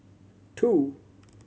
two